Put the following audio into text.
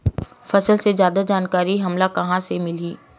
फसल के जादा जानकारी हमला कहां ले मिलही?